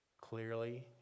clearly